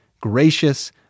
gracious